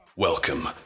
Welcome